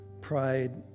pride